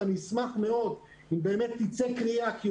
ואני אשמח מאוד אם באמת תצא מפה קריאה בעניין הזה,